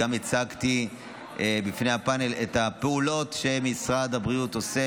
והצגתי בפני הפאנל את הפעולות שמשרד הבריאות עושה